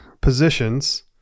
positions